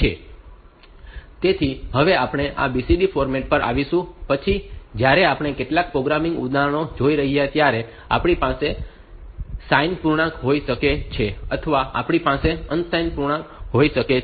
તેથી હવે આપણે આ BCD ફોર્મેટ પર આવીશું પછી જ્યારે આપણે કેટલાક પ્રોગ્રામિંગ ઉદાહરણો જોઈએ ત્યારે આપણી પાસે સાઇન્ડ પૂર્ણાંક હોઈ શકે છે અથવા આપણી પાસે અનસાઈન્ડ પૂર્ણાંક હોઈ શકે છે